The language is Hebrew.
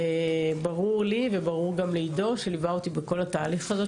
ברור לי וברור גם לעידו שליווה אותי בכל התהליך הזה,